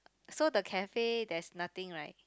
so the cafe there's nothing right